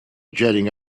jetting